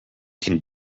can